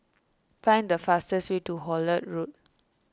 find the fastest way to Hullet Road